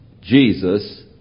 Jesus